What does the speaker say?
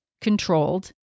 controlled